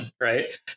right